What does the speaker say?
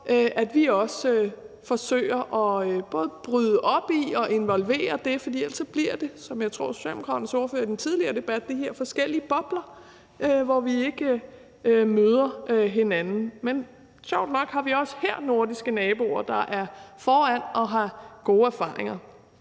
vi også forsøge at bryde det op og involvere folk, for ellers bliver det, som jeg tror Socialdemokraternes ordfører i den tidligere debat sagde, de her forskellige bobler, hvor vi ikke møder hinanden. Men sjovt nok har vi også her nordiske naboer, der er foran og har gode erfaringer,